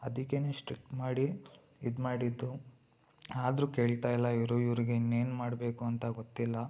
ಅದಿಕ್ಕೇ strict ಮಾಡಿ ಇದು ಮಾಡಿದ್ದು ಆದರೂ ಕೇಳ್ತಾಯಿಲ್ಲ ಇವರು ಇವ್ರಿಗೆ ಇನ್ನೇನು ಮಾಡಬೇಕು ಅಂತ ಗೊತ್ತಿಲ್ಲ